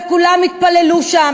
וכולם יתפללו שם,